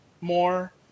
more